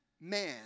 man